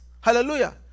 Hallelujah